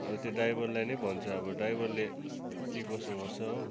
अब त्यो ड्राइभरलाई नै भन्छु अब ड्राइभरले के कसो गर्छ हो